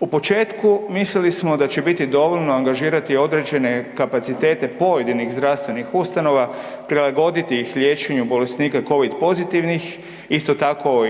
U početku mislili smo da će biti dovoljno angažirate određene kapacitete pojedinih zdravstvenih ustanova, prilagoditi ih liječenju bolesnika COVID pozitivnih i isto tako